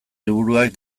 liburuak